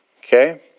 Okay